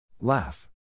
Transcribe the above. Laugh